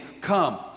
come